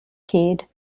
cade